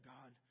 God